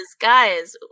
Guys